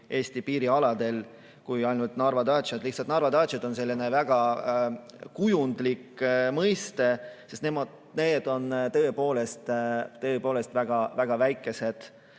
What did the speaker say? Eesti piirialadel kui ainult Narvat. Lihtsalt Narva daatšad on selline väga kujundlik mõiste, sest need on tõepoolest väga-väga väikesed,